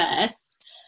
first